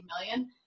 million